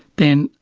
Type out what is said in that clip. then,